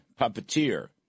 puppeteer